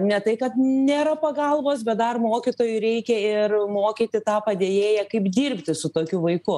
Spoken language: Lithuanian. ne tai kad nėra pagalbos bet dar mokytojui reikia ir mokyti tą padėjėją kaip dirbti su tokiu vaiku